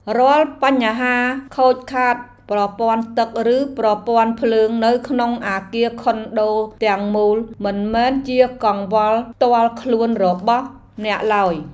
រាល់បញ្ហាខូចខាតប្រព័ន្ធទឹកឬប្រព័ន្ធភ្លើងនៅក្នុងអគារខុនដូទាំងមូលមិនមែនជាកង្វល់ផ្ទាល់ខ្លួនរបស់អ្នកឡើយ។